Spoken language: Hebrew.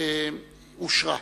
(תיקון מס' 102) אושרה.